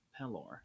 pelor